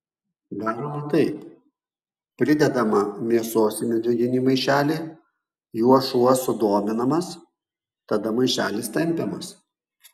daroma taip pridedama mėsos į medžiaginį maišelį juo šuo sudominamas tada maišelis tempiamas